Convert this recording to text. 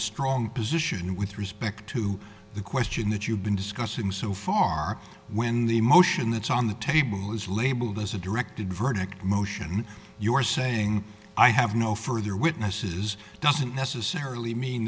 a strong position with respect to the question that you've been discussing so far when the emotion that's on the table is labeled as a directed verdict motion you are saying i have no further witnesses doesn't necessarily mean